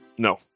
No